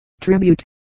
tribute